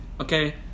Okay